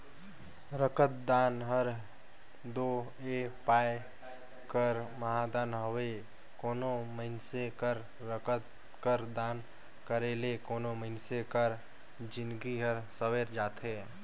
रकतदान हर दो ए पाए कर महादान हवे कोनो मइनसे कर रकत कर दान करे ले कोनो मइनसे कर जिनगी हर संवेर जाथे